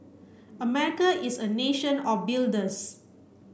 America is a nation of builders